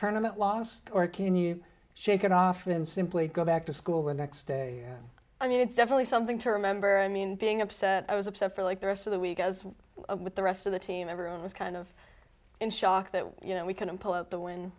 tournaments loss or can you shake it off and simply go back to school the next day i mean it's definitely something to remember i mean being upset i was upset for like the rest of the week i was with the rest of the team member i was kind of in shock that you know we couldn't pull out the win